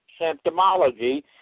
symptomology